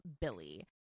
billy